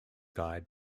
guide